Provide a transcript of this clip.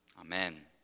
Amen